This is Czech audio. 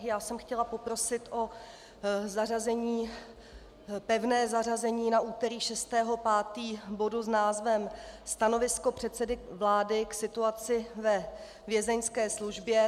Já jsem chtěla poprosit o zařazení, pevné zařazení na úterý 6. 5., bodu s názvem Stanovisko předsedy vlády k situaci ve Vězeňské službě.